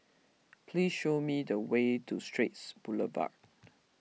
please show me the way to Straits Boulevard